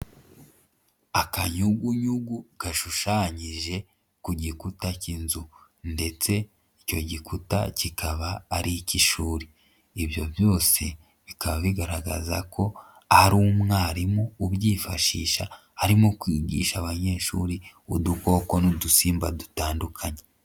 Akanyugunyugu gashushanyije ku gikuta cy'inzu ndetse icyo gikuta kikaba ari icy'ishuri, ibyo byose bikaba bigaragaza ko ari umwarimu ubyifashisha arimo kwigisha abanyeshuri udukoko n'udusimba dutandukanye.